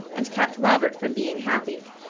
and kept robert from being happy.